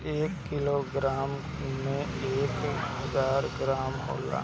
एक किलोग्राम में एक हजार ग्राम होला